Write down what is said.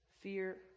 fear